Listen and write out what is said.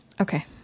Okay